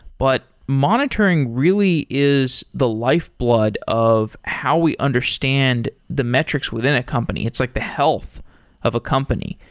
but monitoring really is the life blood of how we understand the metrics within a company. it's like the health of a company.